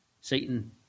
Satan